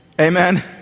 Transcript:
Amen